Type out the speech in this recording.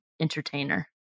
entertainer